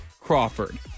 Crawford